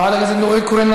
חברת הכנסת נורית קורן,